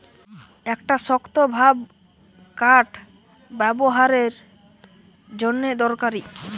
একটা শক্তভাব কাঠ ব্যাবোহারের জন্যে দরকারি